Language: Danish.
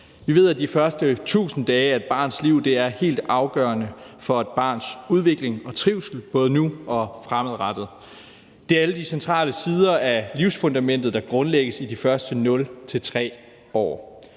Vi ved, at de første 1.000 dage af et barns liv er helt afgørende for et barns udvikling og trivsel, både nu og fremadrettet. Det er alle de centrale sider af livsfundamentet, der grundlægges i de første 0-3 år.